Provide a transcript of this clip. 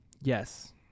Yes